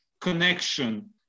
connection